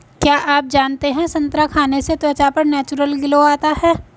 क्या आप जानते है संतरा खाने से त्वचा पर नेचुरल ग्लो आता है?